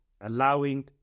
allowing